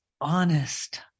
honest